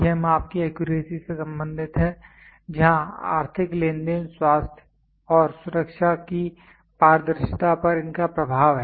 यह माप की एक्यूरेसी से संबंधित है जहां आर्थिक लेनदेन स्वास्थ्य और सुरक्षा की पारदर्शिता पर इनका प्रभाव है